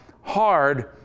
hard